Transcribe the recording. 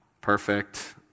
perfect